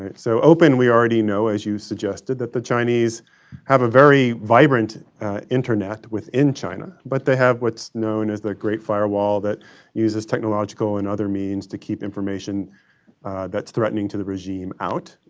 and so open we already know, as you suggested, that the chinese have a very vibrant internet within china. but they have what's known as the great firewall that uses technological and other means to keep information that's threatening to the regime out,